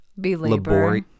belabor